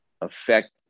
affect